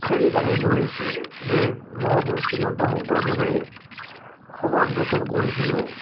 হেৰি দাঙি ধৰিছোঁ যে মহাপৰুষ শ্ৰীমন্ত শংকৰদেৱে সমাজ গঠন কৰিছিলে